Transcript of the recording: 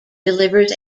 delivers